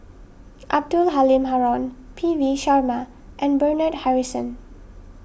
Abdul Halim Haron P V Sharma and Bernard Harrison